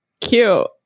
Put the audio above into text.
Cute